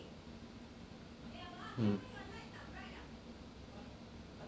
mm